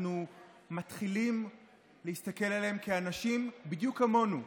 אנחנו מתחילים להסתכל עליהם כאנשים בדיוק כמונו,